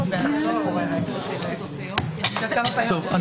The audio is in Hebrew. בוקר טוב לכולם, חברותיי וחבריי.